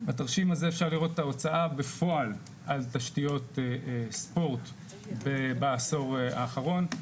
בתרשים הזה אפשר לראות את ההוצאה בפועל על תשתיות ספורט בעשור האחרון,